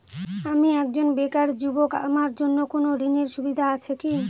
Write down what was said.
আমি একজন বেকার যুবক আমার জন্য কোন ঋণের সুবিধা আছে কি?